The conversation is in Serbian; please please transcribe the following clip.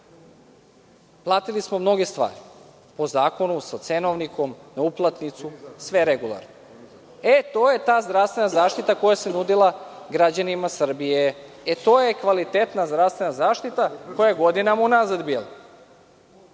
Platili smo mnoge stvari po zakonu, sa cenovnikom, na uplatnicu, sve regularno. To je ta zdravstvena zaštita koja se nudila građanima Srbije. To je kvalitetna zdravstvena zaštita koja je bila godinama unazad.